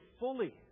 fully